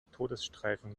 todesstreifen